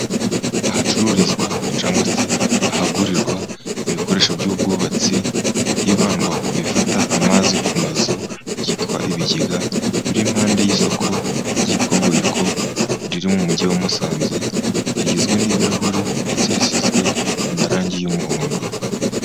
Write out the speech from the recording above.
Ahacururizwa cyangwa se ahagurirwa ibikoresho by'ubwubatsi, hibandwa ku bifata amazi ku mazu byitwa ibigega. Biri impande y'isoko ryitwa Goyiko riri mu mujyi wa Musanze. Rigizwe n'ibirahuri ndetse risizwe amarangi y'umuhondo.